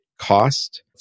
cost